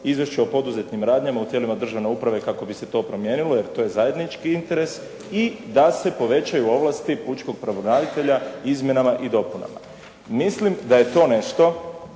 izvješće o poduzetim radnjama u tijelima državne uprave kako bi se to promijenilo jer to je zajednički interes i da se povećaju ovlasti pučkog pravobranitelja izmjenama i dopunama. Mislim da je to nešto